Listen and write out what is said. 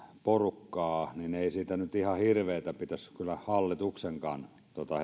porukkaa niin ei sitä nyt ihan hirveästi pitäisi kyllä hallituksenkaan